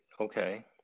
okay